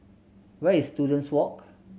where is Students Walk